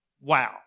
Wow